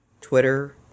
Twitter